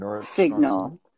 Signal